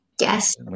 Yes